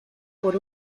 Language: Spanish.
por